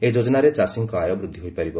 ଏହି ଯୋକନାରେ ଚାଷୀଙ୍କ ଆୟ ବୃଦ୍ଧି ହୋଇପାରିବ